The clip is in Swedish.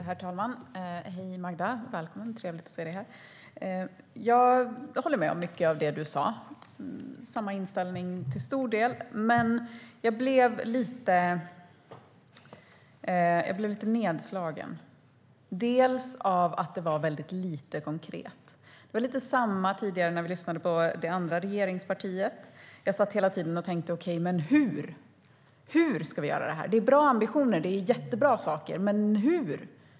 Herr talman! Hej, Magda - trevligt att se dig här! Jag håller med om mycket av det du sa. Vi har till stor del samma inställning. Men jag blev lite nedslagen av ett par saker. Du sa väldigt lite som var konkret. Det var likadant tidigare när vi lyssnade på det andra regeringspartiet. Jag satt hela tiden och tänkte: Okej, men hur? Hur ska vi göra det här? Det är bra ambitioner, det är jättebra saker, men hur?